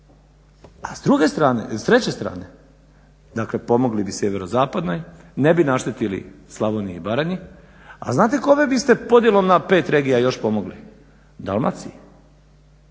A s treće strane, dakle pomogli bi sjeverozapadnoj, ne bi naštetili Slavoniji i Baranji. A znate kome biste podjelom na 5 regija još pomogli? Dalmaciji.